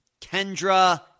Kendra